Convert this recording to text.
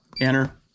enter